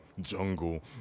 jungle